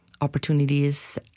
opportunities